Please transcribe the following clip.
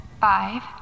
five